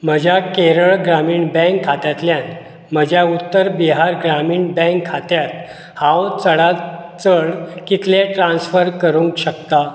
म्हज्या केरळ ग्रामीण बँक खात्यांतल्यान म्हज्या उत्तर बिहार ग्रामीण बँक खात्यांत हांव चडांत चड कितले ट्रान्स्फर करूंक शकता